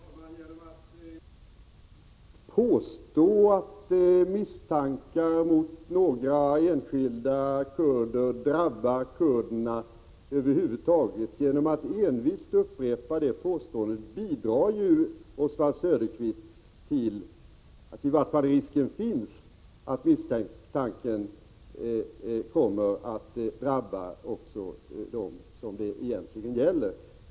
Fru talman! Genom att envist upprepa påståendet att misstankar mot några enskilda kurder drabbar kurderna över huvud taget bidrar ju Oswald Söderqvist till — i vart fall finns den risken — att misstankarna kommer att drabba också dem som det här egentligen inte gäller.